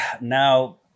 now